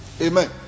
Amen